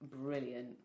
brilliant